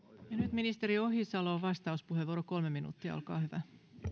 ministeri ohisalo vastauspuheenvuoro kolme minuuttia olkaa hyvä